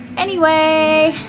anyway,